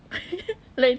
like